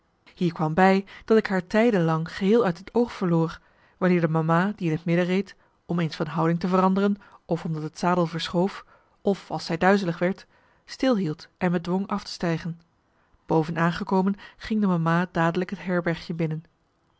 hier kwam bij dat ik haar tijden lang geheel uit het oog verloor wanneer de mama die in het midden reed om eens van houding te veranderen of omdat het zadel verschoof of als zij duizelig werd stilhield en me dwong af te stijgen boven aangekomen ging de mama dadelijk het herbergje binnen